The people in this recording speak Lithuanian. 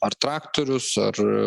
ar traktorius ar